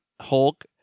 Hulk